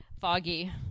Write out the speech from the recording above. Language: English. foggy